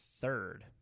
third